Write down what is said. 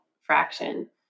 fraction